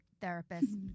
therapist